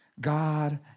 God